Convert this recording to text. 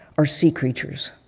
are sea creatures.